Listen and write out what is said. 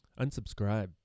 unsubscribe